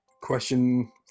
question